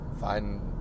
Find